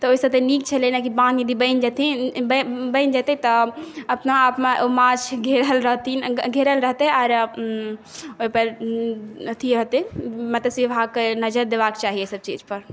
तऽ ओहिसँ तऽ नीक छलै ने कि बान्ध यदि बनि जेथिन बनि जेतै तऽ अपना आपमे माछ घेरल रहथिन रहतै आओर ओहिपर अथी हेतै मत्स्य विभागके नजर देबाक चाही एहिसब चीजपर